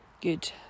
good